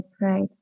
right